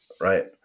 Right